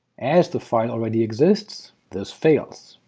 as the file already exists, this fails,